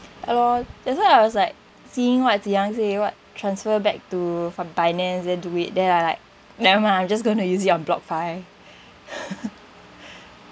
ya lor that's why I was like seeing what Tze Yang say what transfer back to from finance then do it then I like never mind lah I'm just gonna use it on blockf~